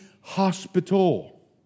hospital